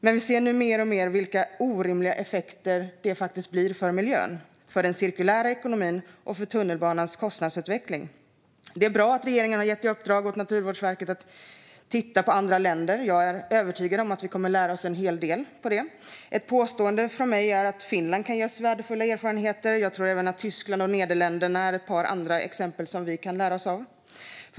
Men vi ser nu mer och mer vilka orimliga effekter det faktiskt blir för miljön, för den cirkulära ekonomin och för tunnelbanans kostnadsutveckling. Det är bra att regeringen har gett i uppdrag till Naturvårdsverket att titta på andra länder. Jag är övertygad om att vi kommer att lära oss en hel del av det. Ett påstående från mig är att Finland kan ge oss värdefulla erfarenheter. Jag tror att även Tyskland och Nederländerna är ett par exempel som vi kan lära oss av.